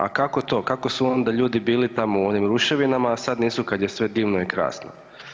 A kako to, kako su onda ljudi bili tamo u onim ruševinama, a sad nisu kad je sve divno i krasno.